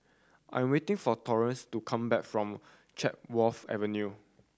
I'm waiting for Torrance to come back from Chatsworth Avenue